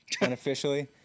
unofficially